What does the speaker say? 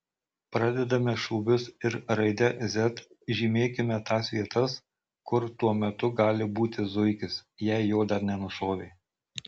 pradedame šūvius ir raide z žymėkime tas vietas kur tuo metu gali būti zuikis jei jo dar nenušovė